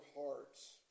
hearts